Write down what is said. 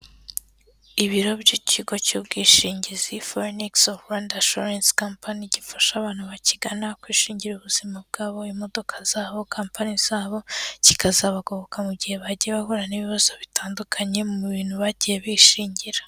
Ibiro by'ikigo cy'ubwishingizi Forenics of Rwanda insurance company gifasha abantu bakigana kwishingira ubuzima bwabo, imodoka zabo, company zabo, kikazabagoboka mu gihe bagiye bahura n'ibibazo bitandukanye mu bintu bagiye bishingira.